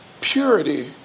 Purity